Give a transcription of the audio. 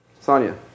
Sonia